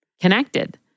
connected